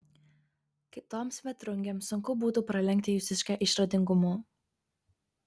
kitoms vėtrungėms sunku būtų pralenkti jūsiškę išradingumu